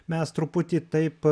mes truputį taip